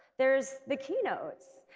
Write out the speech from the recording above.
there's the keynotes,